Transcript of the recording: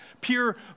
pure